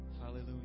Hallelujah